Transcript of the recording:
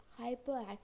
hyperactive